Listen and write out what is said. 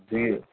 جی